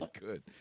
good